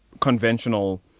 conventional